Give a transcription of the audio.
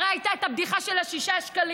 הרי הייתה הבדיחה של 6 שקלים,